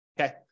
okay